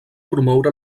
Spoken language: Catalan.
promoure